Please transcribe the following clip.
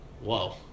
Whoa